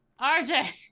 RJ